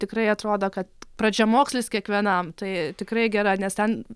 tikrai atrodo kad pradžiamokslis kiekvienam tai tikrai gera nes ten